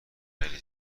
خیلی